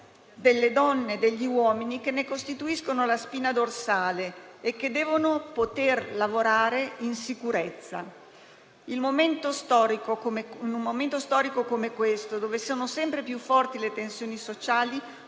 delle donne e degli uomini che ne costituiscono la spina dorsale e che devono poter lavorare in sicurezza. In un momento storico come questo, in cui sono sempre più forti le tensioni sociali,